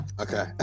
Okay